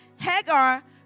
Hagar